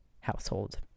household